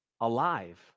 alive